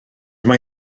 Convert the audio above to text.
mae